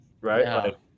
Right